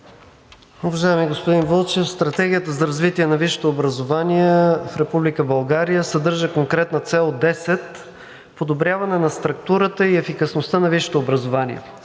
Уважаеми господин Вълчев, Стратегията за развитието на висшето образование в Република България съдържа конкретна Цел 10: „Подобряване на структурата и ефикасността на висшето образование“.